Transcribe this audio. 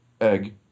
Egg